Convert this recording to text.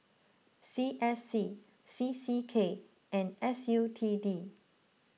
C S C C C K and S U T D